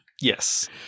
Yes